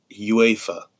UEFA